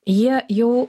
jie jau